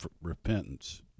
repentance